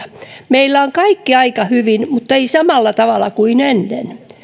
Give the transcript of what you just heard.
meillä on kaikki aika hyvin mutta ei samalla tavalla kuin ennen